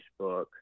facebook